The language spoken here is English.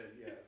yes